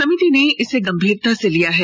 समिति ने इसे गंभीरता से लिया है